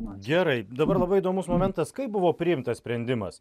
gerai dabar labai įdomus momentas kaip buvo priimtas sprendimas